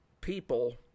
people